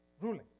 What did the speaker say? ruling